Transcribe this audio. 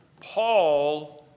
Paul